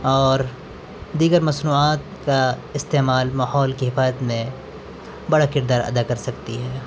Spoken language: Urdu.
اور دیگر مصنوعات کا استعمال ماحول کی حفاظت میں بڑا کردار ادا کر سکتی ہے